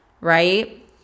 right